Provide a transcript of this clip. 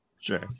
sure